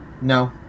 No